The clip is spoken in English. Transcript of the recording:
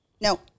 No